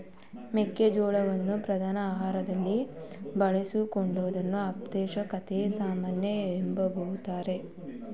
ಮೆಕ್ಕೆ ಜೋಳವನ್ನು ಪ್ರಧಾನ ಆಹಾರವಾಗಿ ಬಳಸಿದೆಡೆಗಳಲ್ಲಿ ಅಪೌಷ್ಟಿಕತೆಯ ಸಮಸ್ಯೆ ಎದುರಾಯ್ತು